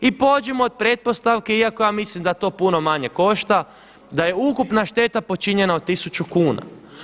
I pođimo od pretpostavke iako ja mislim da to puno manje košta da je ukupna šteta počinjenja od 1000 kuna.